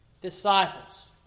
disciples